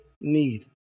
need